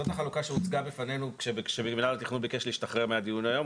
זו החלוקה שהוצגה בפנינו שמינהל התכנון ביקש להשתחרר מהדיון היום,